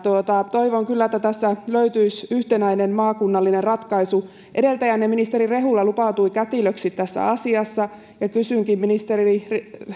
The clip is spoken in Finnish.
toivon kyllä että tässä löytyisi yhtenäinen maakunnallinen ratkaisu edeltäjänne ministeri rehula lupautui kätilöksi tässä asiassa kysynkin ministeri